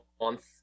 month